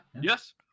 Yes